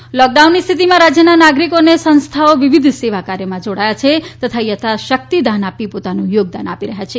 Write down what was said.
રાહત ફંડ લોકડાઉનની સ્થિતિમાં રાજયના નાગરીકો અને સંસ્થાનો વિવિધ સેવા કાર્યમાં જોડાયા છે તથા યથાશકિત દાન આપી લોતાનું યોગદાન આપી રહયાં છે